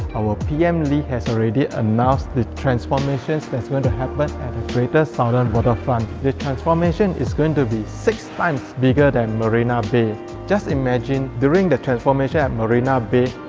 our pm lee has already announced the transformation that's going to happen at the greater southern waterfront the transformation is going to be six times bigger than marina bay just imagine during the transformation at marina bay,